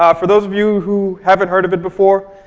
um for those of you who haven't heard of it before,